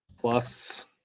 plus